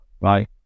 right